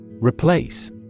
Replace